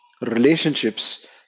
relationships